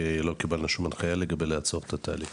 לא קיבלנו שום הנחיה לעצור את התהליך.